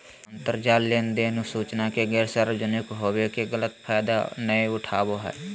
अंतरजाल लेनदेन सूचना के गैर सार्वजनिक होबो के गलत फायदा नयय उठाबैय हइ